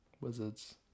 Wizards